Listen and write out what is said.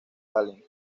allen